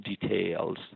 details